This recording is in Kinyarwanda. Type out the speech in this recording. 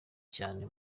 cyane